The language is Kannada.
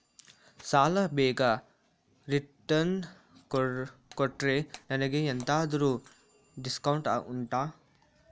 ಸಾಲ ಬೇಗ ರಿಟರ್ನ್ ಕೊಟ್ರೆ ನನಗೆ ಎಂತಾದ್ರೂ ಡಿಸ್ಕೌಂಟ್ ಉಂಟಾ